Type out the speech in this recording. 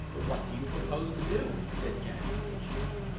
but what do you propose to do? said jack impatiently.